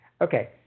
Okay